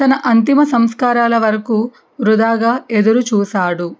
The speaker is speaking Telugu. తన అంతిమ సంస్కారాల వరకు వృథాగా ఎదురుచూసాడు